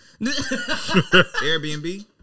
Airbnb